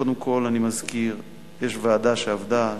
קודם כול אני מזכיר שיש ועדה שעבדה,